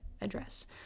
address